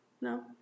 No